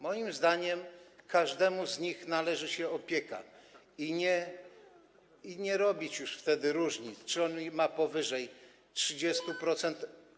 Moim zdaniem każdemu z nich należy się opieka i nie należy robić już wtedy różnic, czy on w powyżej 30%.